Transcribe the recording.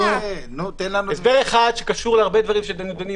גם אחרי הצדק צריך לרדוף